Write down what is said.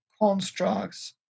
constructs